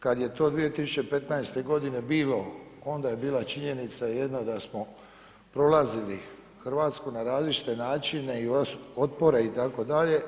Kad je to 2015. godine bilo onda je bila činjenica jedna da smo prolazili Hrvatsku na različite načine i potpore itd.